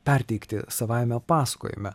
perteikti savajame pasakojime